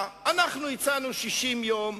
אנחנו הצענו 60 יום,